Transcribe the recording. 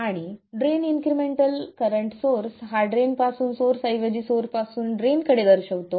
आणि drain incremental current source हा drain पासून सोर्स ऐवजी सोर्स पासून ड्रेन कडे दर्शवितो